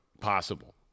possible